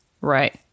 Right